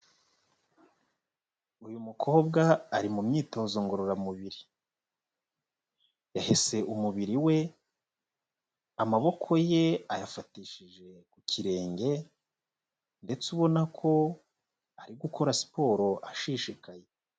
Uyu mukobwa ari mu myitozo ngororamubiri. Yahese umubiri we amaboko ye ayafatishije ku kirenge ndetse ubona ko ari gukora siporo ashishikaye.